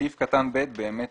סעיף קטן (ב) באמת